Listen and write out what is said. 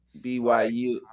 BYU